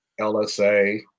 LSA